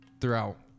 throughout